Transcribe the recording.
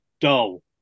dull